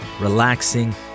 relaxing